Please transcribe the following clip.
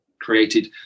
created